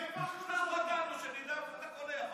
שנדע איפה אתה קונה.